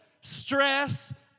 stress